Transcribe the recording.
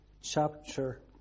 chapter